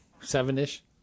seven-ish